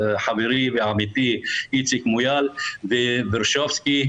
חברי ועמיתי איציק מויאל וורשבסקי,